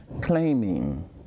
Claiming